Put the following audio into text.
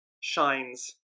shines